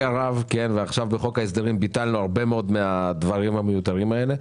עכשיו בחוק ההסדרים ביטלנו הרבה מאוד מהדברים המיותרים האלה,